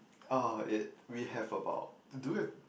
uh it we have about do we